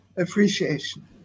appreciation